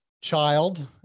child